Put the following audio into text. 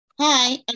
Hi